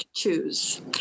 choose